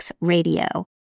Radio